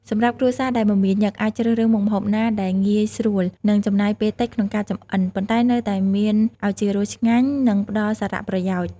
សម្រាប់គ្រួសារដែលមមាញឹក អាចជ្រើសរើសមុខម្ហូបណាដែលងាយស្រួល និងចំណាយពេលតិចក្នុងការចម្អិន ប៉ុន្តែនៅតែមានឱជារសឆ្ងាញ់ និងផ្តល់សារៈប្រយោជន៍ ។